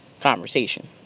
conversation